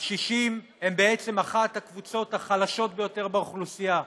הקשישים הם אחת הקבוצות החלשות ביותר באוכלוסייה.